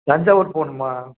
தஞ்சாவூர் போகணுமா